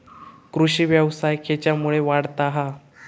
कृषीव्यवसाय खेच्यामुळे वाढता हा?